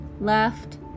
left